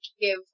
give